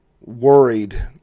worried